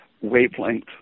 wavelength